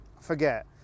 forget